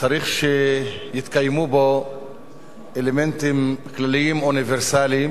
צריך שיתקיימו בו אלמנטים כלליים אוניברסליים,